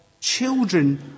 children